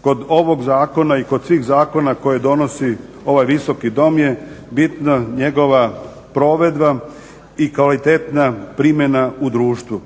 kod ovog zakona i kod svih zakona koje donosi ovaj Visoki dom je bitna njegova provedba i kvalitetna primjena u društvu.